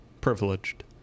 privileged